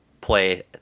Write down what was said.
play